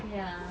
ya